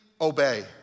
obey